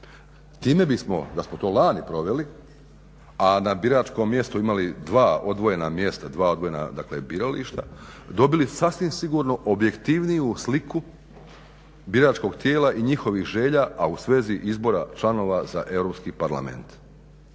Time bismo da smo to lani proveli, a na biračkom mjestu imali 2 odvojena mjesta, 2 odvojena dakle birališta dobili sasvim sigurno objektivniju sliku biračkog tijela i njihovih želja, a u svezi izbora članova za Europski parlament.